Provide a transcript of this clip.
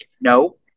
No